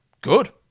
good